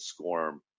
SCORM